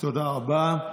תודה רבה.